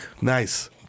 Nice